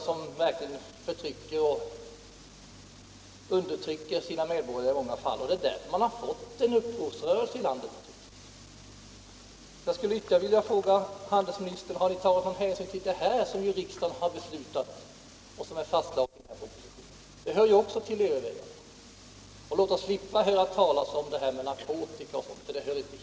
Den förtrycker verkligen sina medborgare i många fall, och det är därför man har fått en upprorsrörelse i landet. Jag skulle ytterligare vilja fråga handelsministern: Har ni tagit någon hänsyn till det som är fastslaget i den här propositionen och som riksdagen har beslutat? Det hör ju också till övervägandena. Och låt oss slippa höra talas om narkotika och sådant, för det hör inte hit!